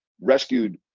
rescued